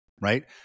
right